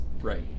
Right